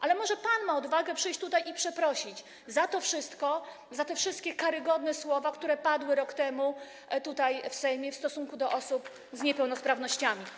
Ale może pan ma odwagę przyjść tutaj i przeprosić za to wszystko, za te wszystkie karygodne słowa, które padły rok temu w Sejmie w stosunku do osób z niepełnosprawnościami.